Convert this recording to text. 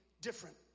different